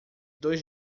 dois